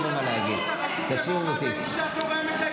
הרשות למעמד האישה תורמת לעניין.